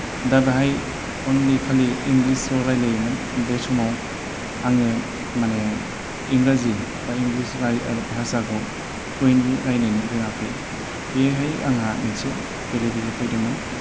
दा बेहाय अनलि खालि इंलिसल' रायलायोमोन बे समाव आङो माने इंराजी बा इंलिस राय आरो भाषाखौ फ्लुवेन्तलि रायलायनो रोङाखै बेयोहाय आंहा मोनसे बेलेबेजे फैदोंमोन